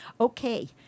Okay